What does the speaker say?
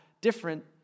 different